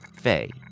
Faye